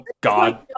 god